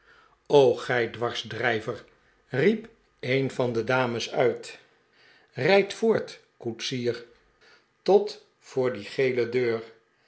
gij dwarsdrijverl riep een van de dames uit rijd voort koetsier tot voor die gele deur